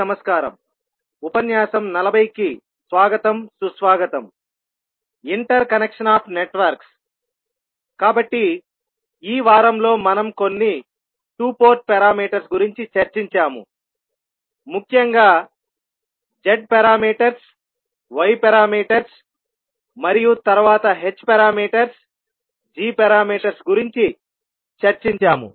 నమస్కారముకాబట్టి ఈ వారంలో మనం కొన్ని 2 పోర్ట్ పారామీటర్స్ గురించి చర్చించాము ముఖ్యంగా z పారామీటర్స్ y పారామీటర్స్ మరియు తరువాత h పారామీటర్స్ g పారామీటర్స్ గురించి చర్చించాము